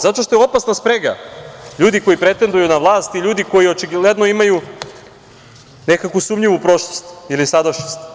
Zato što je opasna sprega ljudi koji pretenduju na vlast i ljudi koji očigledno imaju nekakvu sumnjivu prošlost ili sadašnjost.